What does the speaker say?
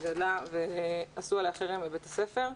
שגדלה ועשו עליה חרם בבית הספר.